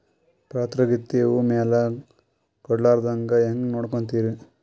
ಪಾತರಗಿತ್ತಿ ಹೂ ಮ್ಯಾಲ ಕೂಡಲಾರ್ದಂಗ ಹೇಂಗ ನೋಡಕೋತಿರಿ?